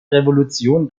revolution